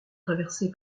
traversée